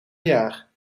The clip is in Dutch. jaar